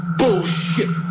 bullshit